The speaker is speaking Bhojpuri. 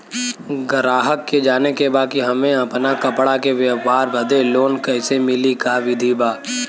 गराहक के जाने के बा कि हमे अपना कपड़ा के व्यापार बदे लोन कैसे मिली का विधि बा?